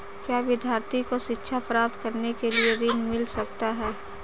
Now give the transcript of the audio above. क्या विद्यार्थी को शिक्षा प्राप्त करने के लिए ऋण मिल सकता है?